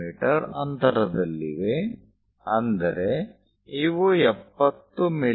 me ಅಂತರದಲ್ಲಿವೆ ಅಂದರೆ ಇವು 70 ಮಿ